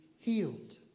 healed